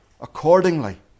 accordingly